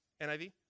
NIV